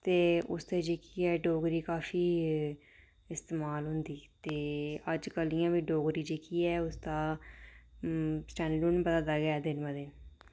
ते उसदे जेह्की ऐ डोगरी काफी इस्तेमाल होंदी ते अजकल इ'यां बी डोगरी जेह्की ऐ उसदा स्टैण्डर्ड हून बधा दा गै दिन व दिन